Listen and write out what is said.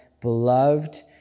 beloved